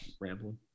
rambling